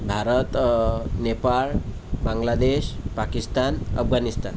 Bharat Nepal Bangladesh Pakistan Afghanistan